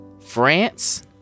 France